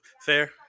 Fair